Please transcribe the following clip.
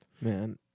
man